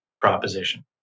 proposition